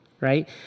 right